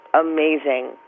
amazing